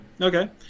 okay